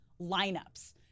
lineups